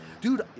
dude